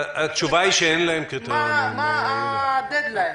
מה הדד-ליין?